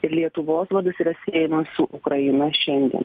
ir lietuvos vardas yra siejama su ukraina šiandien